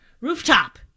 rooftop